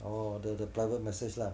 oh the the private massage lah